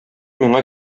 миңа